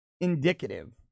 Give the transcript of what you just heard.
indicative